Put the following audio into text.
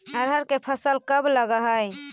अरहर के फसल कब लग है?